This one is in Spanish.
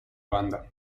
banda